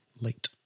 late